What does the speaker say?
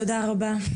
תודה רבה.